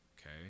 Okay